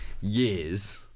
years